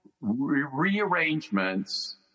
rearrangements